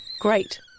Great